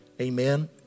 Amen